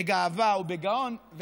בגאווה ובגאון,